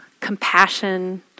compassion